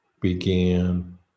began